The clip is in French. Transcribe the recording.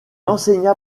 enseigna